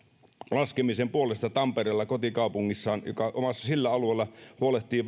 laskemisen puolesta tampereella kotikaupungissaan hän joka sillä alueella huolehtii